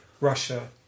Russia